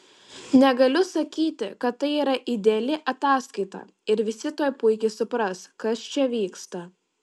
negaliu sakyti kad tai yra ideali ataskaita ir visi tuoj puikiai supras kas čia vyksta